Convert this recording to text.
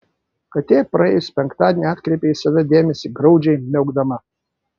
katė praėjusį penktadienį atkreipė į save dėmesį graudžiai miaukdama